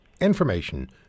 information